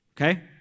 Okay